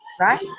right